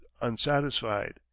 unsatisfied